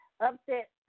Upset